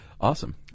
Awesome